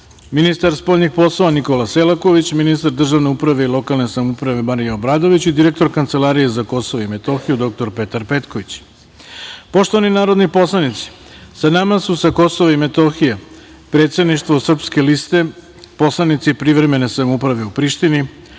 ministar spoljnih poslova, Nikola Selaković, ministar državne uprave i lokalne samouprave, Marija Obradović i direktor Kancelarije za Kosovo i Metohiju, dr Petar Petković. Poštovani narodni poslanici sa nama su sa Kosova i Metohije predsedništvo Srpske liste, poslanici Privremene samouprave u Prištini,